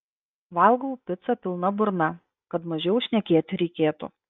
valgau picą pilna burna kad mažiau šnekėti reikėtų